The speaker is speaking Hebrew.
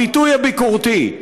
הביטוי הביקורתי.